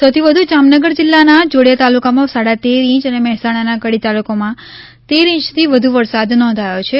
સૌથી વધુ જામનગર જિલ્લાના જોડિયા તાલુકામાં સાડા તેર ઈંચ અને મહેસાણાના કડી તાલુકામાં તેર ઈંચથી વધુ વરસાદ નોંધાયો છે